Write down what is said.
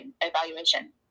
evaluation